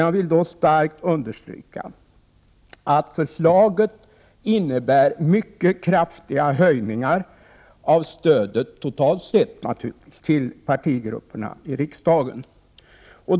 Jag vill starkt understryka att förslaget innebär mycket kraftiga höjningar — totalt sett naturligtvis — av stödet till partigrupperna i riksdagen.